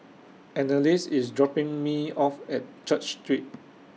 Anneliese IS dropping Me off At Church Street